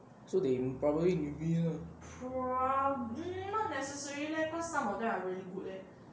so they probably newbie lah